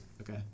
okay